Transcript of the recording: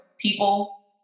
People